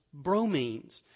bromines